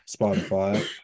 Spotify